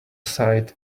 sight